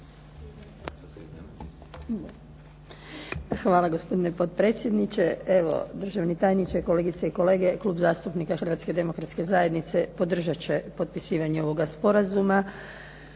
Hvala gospodine potpredsjedniče. Evo, državni tajniče i kolegice i kolege, Klub zastupnika Hrvatske demokratske zajednice podržati će potpisivanje ovoga sporazuma